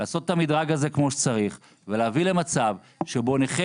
לעשות את המדרג הזה כמו שצריך ולהביא למצב שבו נכה